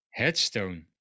headstone